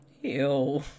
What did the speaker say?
Ew